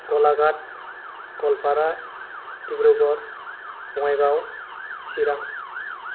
Golaghat Goalpara Dibrugarh Bongaigaon Chirang